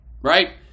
Right